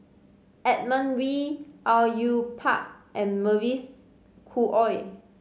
Edmund Wee Au Yue Pak and Mavis Khoo Oei